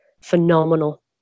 Phenomenal